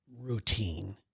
Routine